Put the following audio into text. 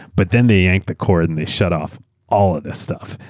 but then they yanked the cord and they shut off all of this stuff.